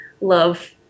love